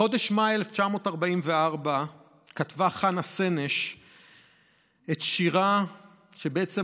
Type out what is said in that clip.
בחודש מאי 1944 כתבה חנה סנש את שירה שבעצם